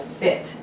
fit